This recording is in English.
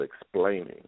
explaining